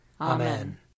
Amen